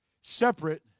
separate